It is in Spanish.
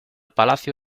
palacio